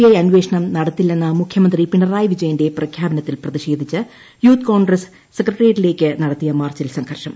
I അന്വേഷണം നടത്തില്ലെന്ന മുഖ്യമന്ത്രി പിണറായി വിജയന്റെ പ്രഖ്യാപനത്തിൽ പ്രതിഷേധിച്ച് യൂത്ത് കോൺഗ്രസ് സെക്രട്ടേറിയറ്റിലേക്ക് നടത്തിയ മാർച്ചിൽ സംഘർഷം